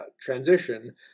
transition